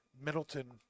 middleton